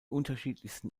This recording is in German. unterschiedlichsten